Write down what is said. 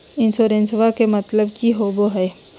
इंसोरेंसेबा के मतलब की होवे है?